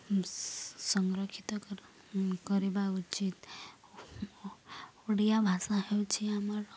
ସଂରକ୍ଷିତ କରିବା ଉଚିତ ଓଡ଼ିଆ ଭାଷା ହେଉଛି ଆମର